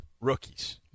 Rookies